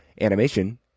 animation